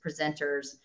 presenters